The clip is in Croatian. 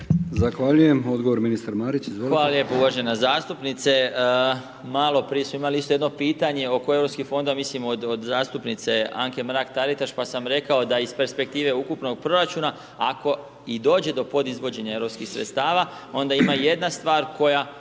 Zahvaljujem. Odgovor ministar Marić.